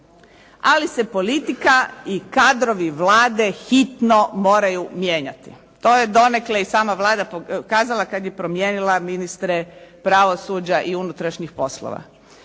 Ali se politika i kadrovi Vlade hitno moraju mijenjati. To je donekle i sama Vlada kazala kada je promijenila ministre pravosuđa i unutrašnjih poslova.